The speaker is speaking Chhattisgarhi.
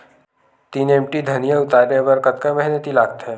तीन एम.टी धनिया उतारे बर कतका मेहनती लागथे?